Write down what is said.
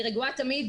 אני רגועה תמיד,